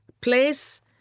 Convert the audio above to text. place